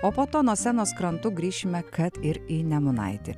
o po to nuo senos krantų grįšime kad ir į nemunaitį